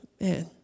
man